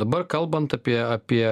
dabar kalbant apie apie